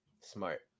Smart